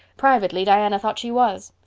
privately, diana thought she was.